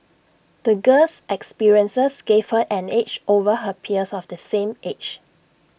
the girl's experiences gave her an edge over her peers of the same age